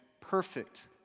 perfect